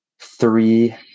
three –